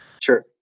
sure